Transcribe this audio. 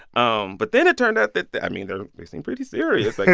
um but then it turned out that that i mean, they're they seem pretty serious, like yeah